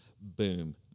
boom